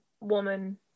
woman